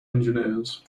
engineers